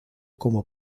como